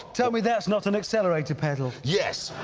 tell me that's not an accelerator pedal. yes.